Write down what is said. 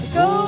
go